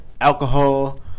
alcohol